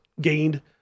gained